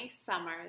summer